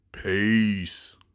Peace